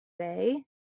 say